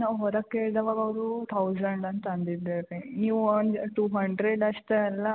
ನಾವು ಹೊರಗೆ ಕೇಳ್ದವಾಗ ಅವ್ರು ತೌಝಂಡ್ ಅಂತ ಅಂದಿದ್ದಾರೆ ರೀ ನೀವು ಒಂದು ಟೂ ಹಂಡ್ರೆಡ್ ಅಷ್ಟೇ ಅಲ್ಲ